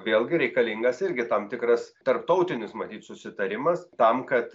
vėlgi reikalingas irgi tam tikras tarptautinis matyt susitarimas tam kad